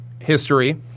history